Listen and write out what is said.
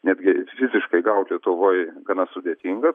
netgi fiziškai gaut lietuvoj gana sudėtinga